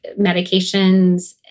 medications